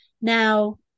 Now